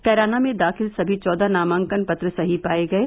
कैराना में दाखिल सभी चौदह नामांकन पत्र सही पाये गये